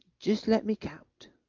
just let me count,